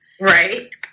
Right